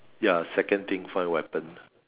ya second thing find weapon